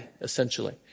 essentially